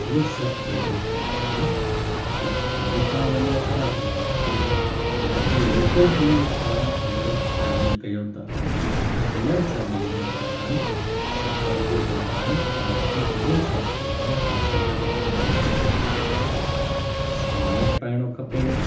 इहो सभु गॾु रखणु खपे किथे बि तव्हां वञो था राइड ते या पल लोकल ई तव्हां अगरि ट्रेविल कयो था त हिननि सभिनि जे दौरान सफ़र जे दौरान पाण खे इहे सभु शयूं पाण सां गॾु रखिणी खपे ऐं स हेलमेट पाइणो खपे